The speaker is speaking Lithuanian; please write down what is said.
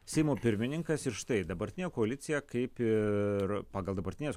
seimo pirmininkas ir štai dabartinė koalicija kaip ir pagal dabartinės